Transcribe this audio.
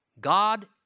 God